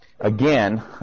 again